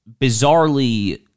bizarrely